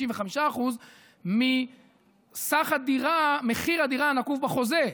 65% מסך מחיר הדירה הנקוב בחוזה.